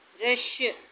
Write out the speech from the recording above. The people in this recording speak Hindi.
दृश्य